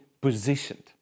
positioned